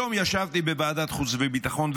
היום ישבתי בוועדת חוץ וביטחון,